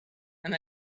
and